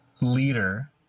leader